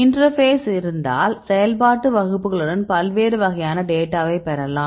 interface இருந்தால் செயல்பாட்டு வகுப்புகளுடன் பல்வேறு வகையான டேட்டாவை பெறலாம்